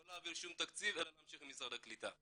לא להעביר שום תקציב אלא להמשיך עם משרד הקליטה.